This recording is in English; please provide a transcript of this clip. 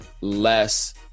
less